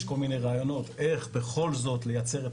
יש כל מיני רעיונות איך בכל זאת לייצר,